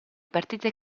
partite